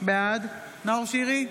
בעד נאור שירי,